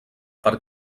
per